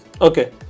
Okay